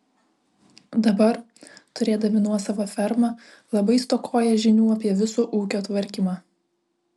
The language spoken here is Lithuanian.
dabar turėdami nuosavą fermą labai stokoja žinių apie viso ūkio tvarkymą